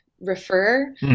refer